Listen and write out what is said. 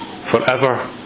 forever